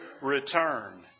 return